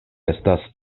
estas